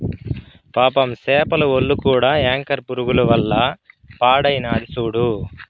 పాపం సేపల ఒల్లు కూడా యాంకర్ పురుగుల వల్ల పాడైనాది సూడు